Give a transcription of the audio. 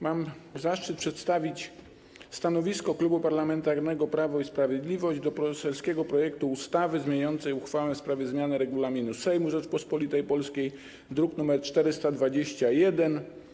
Mam zaszczyt przedstawić stanowisko Klubu Parlamentarnego Prawo i Sprawiedliwość wobec poselskiego projektu uchwały zmieniającej uchwałę w sprawie zmiany Regulaminu Sejmu Rzeczypospolitej Polskiej, druk nr 421.